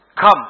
Come